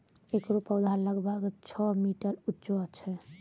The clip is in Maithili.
एकरो पौधा लगभग छो मीटर उच्चो होय छै